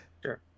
Sure